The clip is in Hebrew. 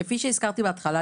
כפי שהזכרתי בהתחלה,